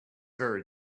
very